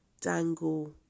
dangle